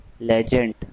Legend